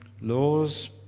laws